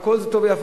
הכול טוב ויפה,